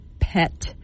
pet